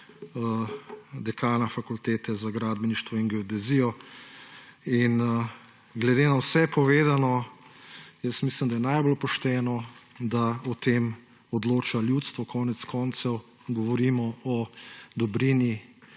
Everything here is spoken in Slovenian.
dekana Fakultete za gradbeništvo in geodezijo. Glede na vse povedano mislim, da je najbolj pošteno, da o tem odloča ljudstvo. Konec koncev govorimo o dobrini,